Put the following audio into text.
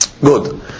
Good